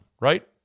right